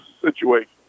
situation